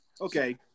Okay